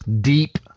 deep